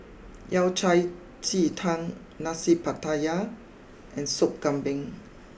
Yao Cai Ji Tang Nasi Pattaya and Sop Kambing